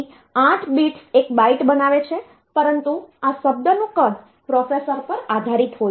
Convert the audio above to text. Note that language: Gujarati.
તેથી 8 બિટ્સ એક બાઈટ બનાવે છે પરંતુ આ શબ્દનું કદ પ્રોસેસર પર આધારિત હોય છે